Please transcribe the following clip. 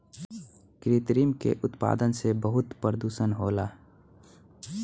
कृत्रिम के उत्पादन से बहुत प्रदुषण होला